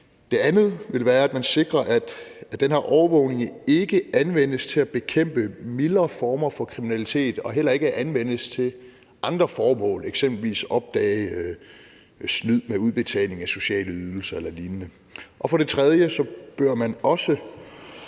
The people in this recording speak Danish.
Det andet ville være, at man sikrer, at den her overvågning ikke anvendes til at bekæmpe mildere former for kriminalitet og heller ikke anvendes til andre formål som f.eks. at opdage snyd med udbetaling af sociale ydelser eller lignende. For det tredje bør man også